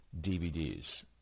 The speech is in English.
DVDs